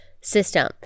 system